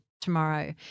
tomorrow